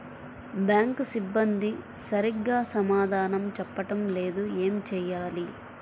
Bank సిబ్బంది సరిగ్గా సమాధానం చెప్పటం లేదు ఏం చెయ్యాలి?